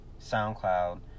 SoundCloud